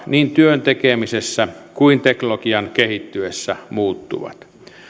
niin työn tekemisessä kuin teknologian kehittyessä muuttuvat